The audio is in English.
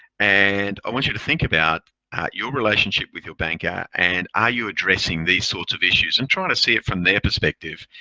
and i want you to think about your relationship with your banker and are you addressing these sort of issues and trying to see it from their perspective,